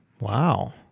Wow